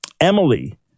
Emily